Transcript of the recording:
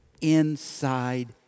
inside